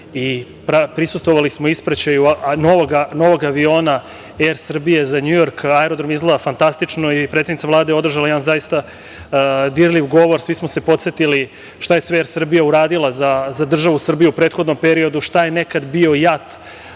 i prisustvovali smo ispraćaju novog aviona „Er Srbije“ za NJujork. Aerodrom izgleda fantastično i predsednica Vlade je održala jedan zaista dirljiv govor. Svi smo se podsetili šta je sve „Er Srbija“ uradila za državu Srbiju u prethodnom periodu, šta je nekad bio